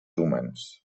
humans